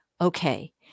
okay